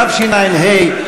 התשע"ה 2014,